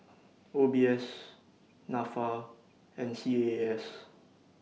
O B S Nafa and C A A S